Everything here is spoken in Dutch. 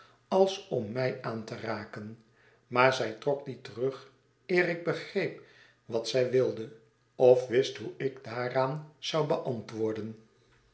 als om mij aan te raken maar zij trok die terug eer ik begreep wat zij wilde of wist hoe ik daaraan zou beantwoorden